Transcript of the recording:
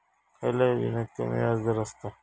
खयल्या योजनेत कमी व्याजदर असता?